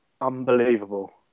unbelievable